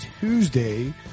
Tuesday